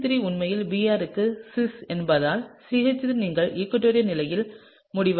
CH3 உண்மையில் Br க்கு cis என்பதால் CH3 நீங்கள் ஈகுவடோரில் நிலையில் முடிவடையும்